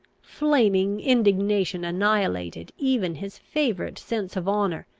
flaming indignation annihilated even his favourite sense of honour,